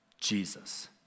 Jesus